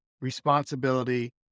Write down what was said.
responsibility